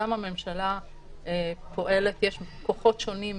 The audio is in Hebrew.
יש כוחות שונים,